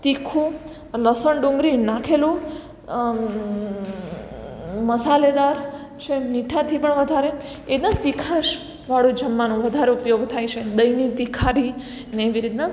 તીખું લસણ ડુંગળી નાખેલું મસાલેદાર છે મીઠાથી પણ વધારે એવ રીતના તીખાશવાળું જમવાનું વધારે ઉપયોગ થાય છે દહીંનીં તીખારી ને એવી રીતના